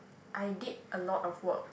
I did a lot of work